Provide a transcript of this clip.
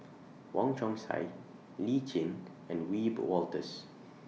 Wong Chong Sai Lee Tjin and Wiebe Wolters